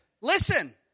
listen